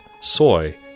soy